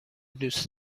دوست